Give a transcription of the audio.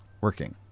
working